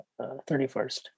31st